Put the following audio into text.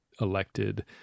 elected